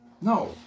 No